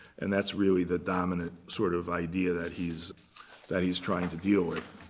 and that's really the dominant sort of idea that he's that he's trying to deal with.